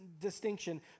distinction